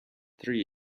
three